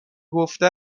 گفته